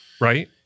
right